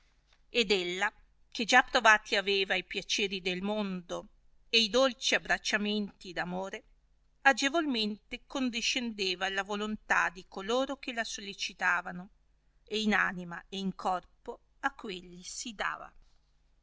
ed ella che già provati aveva e piaceri del mondo e i dolci abbracciamenti d'amore agevolmente condescendeva alla volontà di coloro che la sollecitavano e in anima e in corpo a quelli si dava